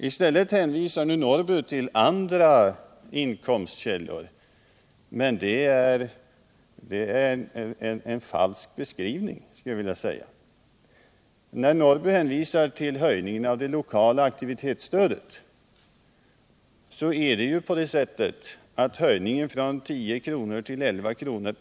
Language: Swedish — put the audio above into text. I stället hänvisar nu herr Norrby till andra inkomstkällor. Det är en falsk beskrivning, skulle jag vilja säga, när han hänvisar till höjningen av det lokala aktivitetsstödet. Det förhåller sig nämligen på det sättet att höjningen från 10 kr. till 11 kr.